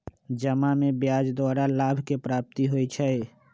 जमा में ब्याज द्वारा लाभ के प्राप्ति होइ छइ